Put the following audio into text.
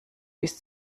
bis